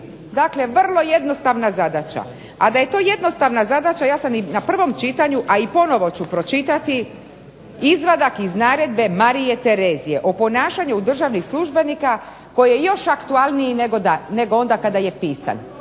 Dakle vrlo jednostavna zadaća, a da je to jednostavna zadaća ja sam i na prvom čitanju, a i ponovo ću pročitati izvadak iz naredbe Marije Terezije o ponašanju državnih službenika koji je još aktualniji nego onda kada je pisan.